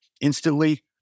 instantly